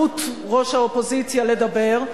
זכות ראש האופוזיציה לדבר.